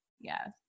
Yes